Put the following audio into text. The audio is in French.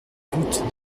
route